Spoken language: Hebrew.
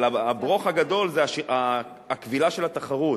אבל ה"ברוך" הגדול זה הכבילה של התחרות,